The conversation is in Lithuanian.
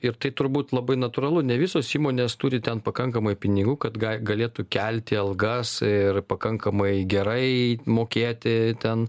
ir tai turbūt labai natūralu ne visos įmonės turi ten pakankamai pinigų kad galėtų kelti algas ir pakankamai gerai mokėti ten